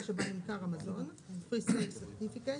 שבה נמכר המזון (free sale certificate),